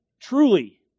truly